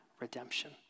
redemption